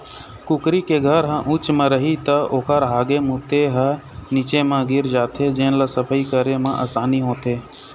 कुकरी के घर ह उच्च म रही त ओखर हागे मूते ह नीचे म गिर जाथे जेन ल सफई करे म असानी होथे